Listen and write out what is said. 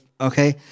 Okay